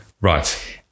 Right